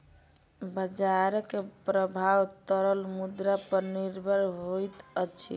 बजारक प्रभाव तरल मुद्रा पर निर्भर होइत अछि